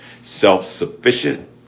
self-sufficient